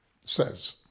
says